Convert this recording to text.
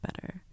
better